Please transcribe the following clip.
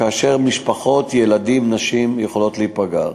כאשר משפחות, ילדים, נשים יכולים להיפגע.